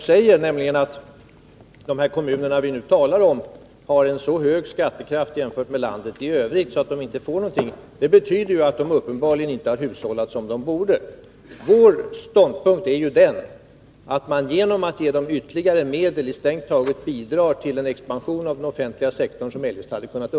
ns När Karl Boo säger att de kommuner vi nu talar om har en så hög skattekraft jämfört med kommunerna i landet i övrigt att de inte får någonting, så betyder det uppenbarligen att de inte har hushållat som de borde ha gjort. Vår ståndpunkt är att man genom att ge dem ytterligare medel strängt taget bidrar till en expansion av den offentliga sektorn som eljest kan undvikas.